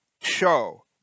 show